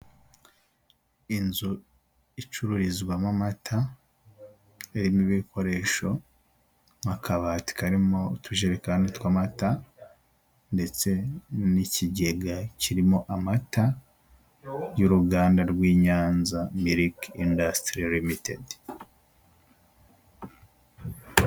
Inzu icururizwamo amata irimo ibikoresho nk'akabati karimo utujerekani tw'amata ndetse n'ikigega kirimo amata y'uruganda rw' Inyanza miriki indasitiri rimitedi.